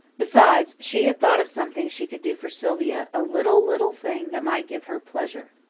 besides, she had thought of something she could do for sylvia a little, little thing that might give her pleasure.